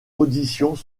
auditions